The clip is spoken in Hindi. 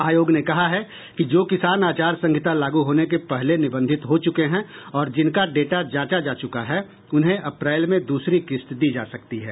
आयोग ने कहा है कि जो किसान आचार संहिता लागू होने के पहले निबंधित हो चुके हैं और जिनका डेटा जांचा जा चुका है उन्हें अप्रैल में दूसरी किस्त दी जा सकती है